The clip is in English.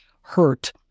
hurt